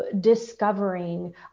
discovering